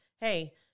Hey